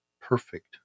perfect